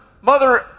Mother